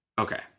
Okay